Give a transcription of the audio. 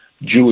Jewish